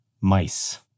mice